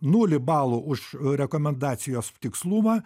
nulį balų už rekomendacijos tikslumą